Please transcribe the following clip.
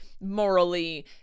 morally